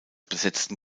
besetzten